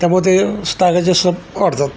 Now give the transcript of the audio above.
त्यामुळे ते सागाचे स्टंप वाढतात